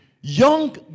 Young